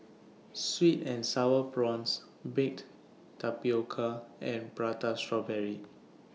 Sweet and Sour Prawns Baked Tapioca and Prata Strawberry